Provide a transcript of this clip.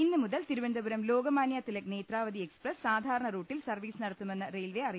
ഇന്ന് മുതൽ തിരുവനന്തപുരം ലോകമാന്യ തിലക് നേത്രാവതി എക്സ്പ്രസ് സാധാരണ റൂട്ടിൽ സർവീസ് നടത്തു മെന്ന് റെയിൽവെ അറിയിച്ചു